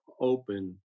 open